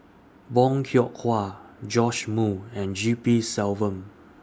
Bong Hiong Hwa Joash Moo and G P Selvam